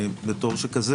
בתור שכזה,